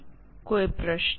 કોઈ પ્રશ્ન